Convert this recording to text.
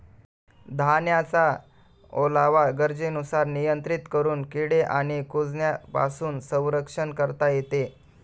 धान्याचा ओलावा गरजेनुसार नियंत्रित करून किडे आणि कुजण्यापासून संरक्षण करता येते